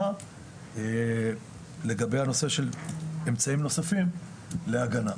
לגבי הנושא של אמצעים נוספים להגנה.